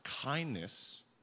kindness